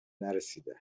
نرسیده